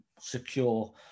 secure